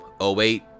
08